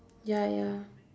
ya ya